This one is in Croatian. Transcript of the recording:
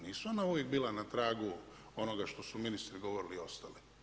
Nisu ona uvijek bila na pragu, onoga što su ministri govorili i ostali.